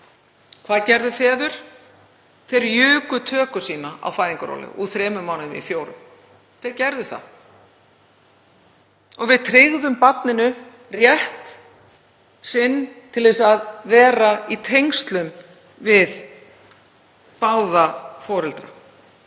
hvað gerðu feður? Þeir juku töku sína á fæðingarorlofi úr þremur mánuðum í fjóra. Þeir gerðu það. Og við tryggðum barninu rétt sinn til að vera í tengslum við báða foreldra.